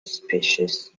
species